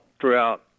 throughout